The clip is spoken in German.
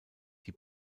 die